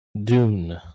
Dune